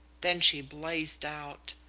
then she blazed out.